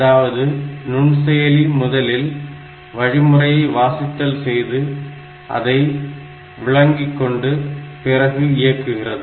அதாவது நுண்செயலி முதலில் வழிமுறையை வாசித்தல் செய்து அதை விளங்கிக்கொண்டு பிறகு இயக்குகிறது